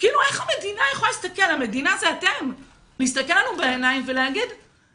איך המדינה יכולה להסתכל המדינה זה אתם לנו בעיניים ולהגיד,